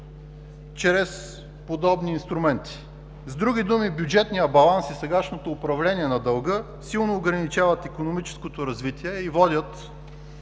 чрез подобни инструменти. С други думи, бюджетният баланс и сегашното управление на дълга силно ограничават икономическото развитие и водят